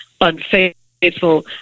unfaithful